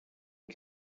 you